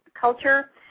culture